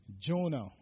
Jonah